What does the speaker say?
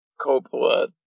Coppola